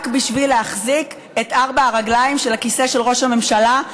רק בשביל להחזיק את ארבע הרגליים של הכיסא של ראש הממשלה,